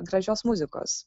gražios muzikos